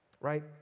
Right